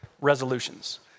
resolutions